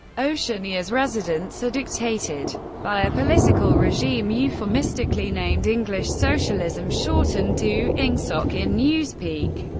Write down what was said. oceania's residents are dictated by a political regime euphemistically named english socialism, shortened to ingsoc in newspeak.